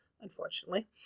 unfortunately